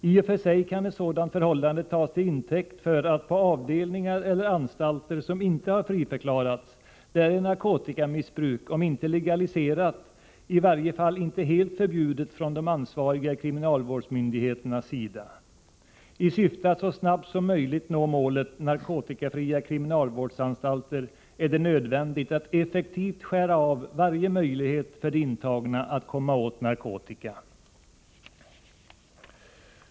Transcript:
I och för sig kan ett sådant förhållande tas till intäkt för att narkotikamissbruk på avdelningar eller anstalter som inte har friförklarats är om inte legaliserat så i varje fall inte helt förbjudet från de ansvariga kriminalvårdsmyndigheternas sida. I syfte att så snart som möjligt nå målet ”narkotikafria kriminalvårdsanstalter” är det nödvändigt att effektivt skära av varje möjlighet för de intagna att komma åt narkotika.